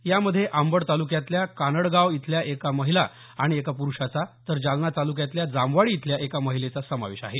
यामध्ये अंबड तालुक्यातल्या कानडगाव इथल्या एक महिला आणि एका प्रुषाचा तर जालना तालुक्यातल्या जामवाडी इथल्या एका महिलेचा समावेश आहे